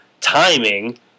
timing